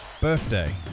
birthday